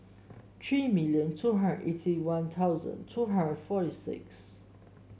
three million two hundred eighty One Thousand two hundred forty six